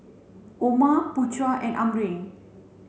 Omar Putra and Amrin